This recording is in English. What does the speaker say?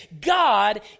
God